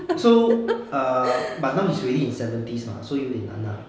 so err but now he's already in seventies mah so 有一点难 ah